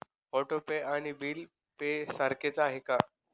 Auto pay आणि bill pay सारखेच आहे का?